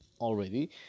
already